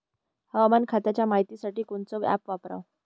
हवामान खात्याच्या मायतीसाठी कोनचं ॲप वापराव?